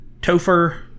Topher